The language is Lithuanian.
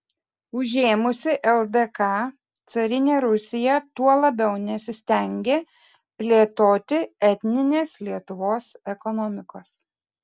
užėmusi ldk carinė rusija tuo labiau nesistengė plėtoti etninės lietuvos ekonomikos